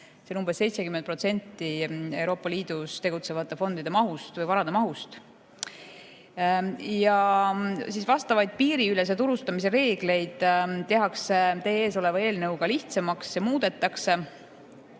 See on umbes 70% Euroopa Liidus tegutsevate fondide või varade mahust. Piiriülese turustamise reegleid tehakse teie ees oleva eelnõuga lihtsamaks ja muudetakse.